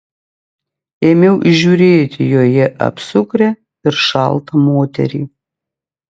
ėmiau įžiūrėti joje apsukrią ir šaltą moterį